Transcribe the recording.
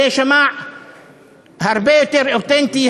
זה יישמע הרבה יותר אותנטי,